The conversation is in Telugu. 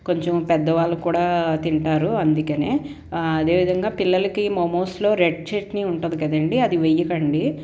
కొంచెం పెద్దవాళ్ళు కూడా తింటారు అందుకనే అదేవిధం పిల్లలకి మోమోస్లో కూడా రెడ్ చట్నీ ఉంటుంది కదండీ అది వెయ్యకండి